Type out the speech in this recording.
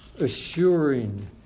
Assuring